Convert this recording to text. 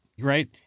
right